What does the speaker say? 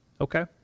Okay